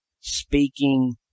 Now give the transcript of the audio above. speaking